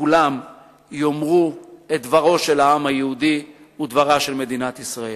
כולם יאמרו את דברו של העם היהודי ודברה של מדינת ישראל.